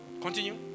Continue